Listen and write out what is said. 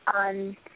on